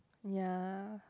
ya